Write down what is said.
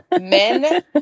Men